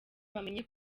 bamenye